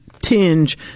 tinge